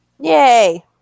Yay